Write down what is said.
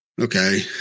okay